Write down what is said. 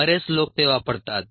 बरेच लोक ते वापरतात